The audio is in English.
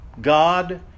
God